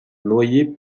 noyers